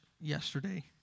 yesterday